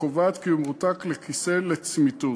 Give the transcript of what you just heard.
הקובעת כי הוא מרותק לכיסא לצמיתות.